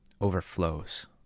overflows